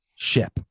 Ship